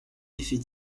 effet